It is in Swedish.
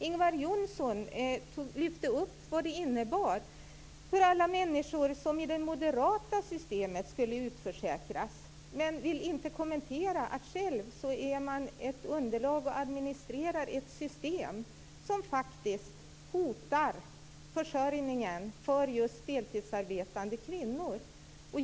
Ingvar Johnsson lyfte upp vad det innebar för alla människor som i det moderata systemet skulle utförsäkras, men han vill inte kommentera detta att man själv ger underlag för och administrerar ett system som hotar försörjningen för just deltidsarbetande kvinnor.